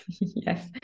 yes